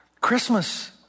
Christmas